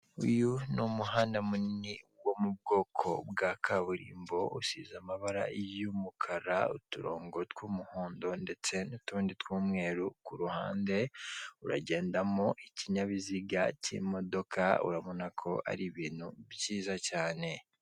Uyu ni umuhanda munini wo mu bwoko bwa kaburimbo usize amabara y'umukara uturongo tw'umuhondo ndetse n'utundi tw'umweru ku ruhande, uragendamo ikinyabiziga k'imodoka urabona ko ari ibintu byiza cyane.